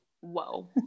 Whoa